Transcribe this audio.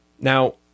Now